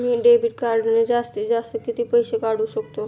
मी debit कार्डने जास्तीत जास्त किती पैसे काढू शकतो?